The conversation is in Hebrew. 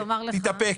תתאפקו,